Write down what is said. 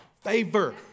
Favor